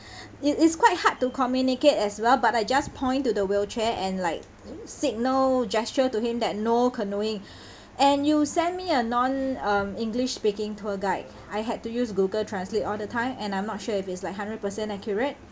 it is quite hard to communicate as well but I just point to the wheelchair and like signal gesture to him that no canoeing and you sent me a non (um)-english speaking tour guide I had to use Google translate all the time and I'm not sure if it's like hundred per cent accurate